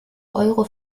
euro